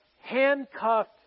handcuffed